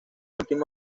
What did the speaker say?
último